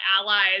allies